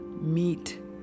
meet